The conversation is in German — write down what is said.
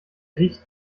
riecht